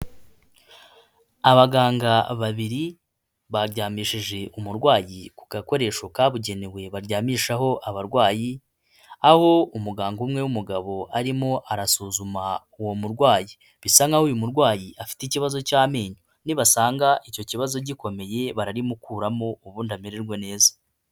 Abaganga babiri baryamishije umurwayi ku gakoresho kabugenewe baryamishaho abarwayi, aho umuganga umwe w'umugabo arimo arasuzuma uwo murwayi bisa nk'aho uyu murwayi afite ikibazo cy'amenyo, ni basanga icyo kibazo gikomeye bararimukuramo ubundi amererwe neza.